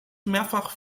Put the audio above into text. mehrfach